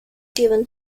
given